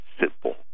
simple